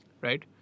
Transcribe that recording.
right